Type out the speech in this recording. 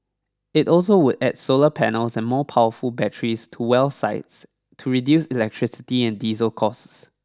it also would add solar panels and more powerful batteries to well sites to reduce electricity and diesel costs